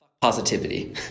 positivity